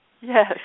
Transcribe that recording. Yes